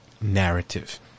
narrative